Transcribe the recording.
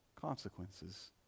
consequences